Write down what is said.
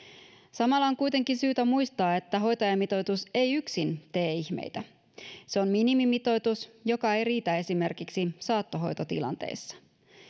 samalla on kuitenkin syytä muistaa että hoitajamitoitus ei yksin tee ihmeitä se on minimimitoitus joka ei riitä esimerkiksi saattohoitotilanteissa